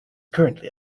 currently